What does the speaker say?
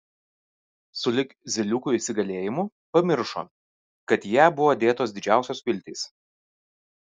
sulig zyliukų įsigalėjimu pamiršo kad į ją buvo dėtos didžiausios viltys